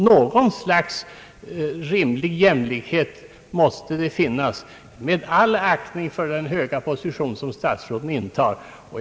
Någon rimlig jämlikhet måste det finnas — med all aktning för den höga position som statsråden intar.